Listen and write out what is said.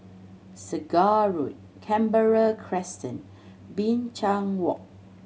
Segar Road Canberra Crescent Binchang Walk